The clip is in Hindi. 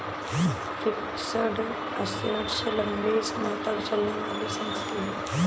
फिक्स्ड असेट्स लंबे समय तक चलने वाली संपत्ति है